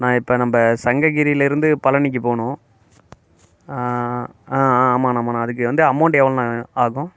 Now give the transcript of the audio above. அண்ணா இப்போ நம்ம சங்ககிரியிலருந்து பழனிக்கு போகணும் ஆ ஆமாண்ணா ஆமாண்ணா அதுக்கு வந்து அமௌண்ட் எவ்வளோணா ஆகும்